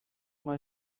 mae